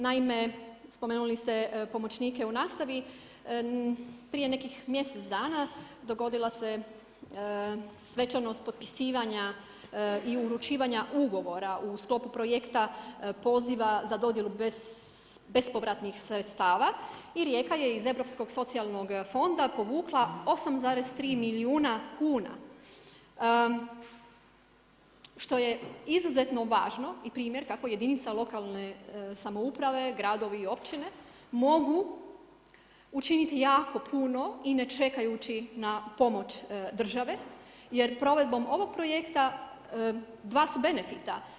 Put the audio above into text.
Naime, spomenuli ste pomoćnike u nastavi, prije nekih mjesec dana dogodila se svečanost potpisivanja i uručivanja ugovora u sklopu projekta poziva za dodjelu bespovratnih sredstava i Rijeka je iz Europskog socijalnog fonda povukla 8,3 milijuna kuna što je izuzetno važno i primjer kako jedinica lokalne samouprave, gradovi i općine mogu učiniti jako puno i ne čekajući na pomoć države jer provedbom ovog projekta dva su benefita.